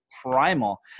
primal